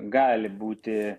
gali būti